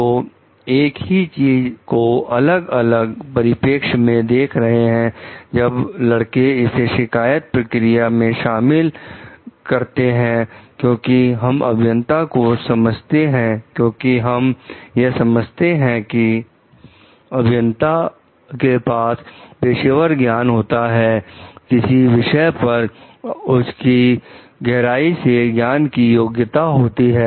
तो एक ही चीज को अलग अलग परिपेक्ष में देख रहे हैं तब लड़के इसे शिकायत प्रक्रिया में शामिल करते हैं क्योंकि हम अभियंता को समझते हैंक्योंकि हम यह समझते हैं कि अभियंताओं के पास पेशेवर ज्ञान होता है किसी विषय पर उनकी गहराई से ज्ञान की योग्यता होती है